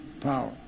power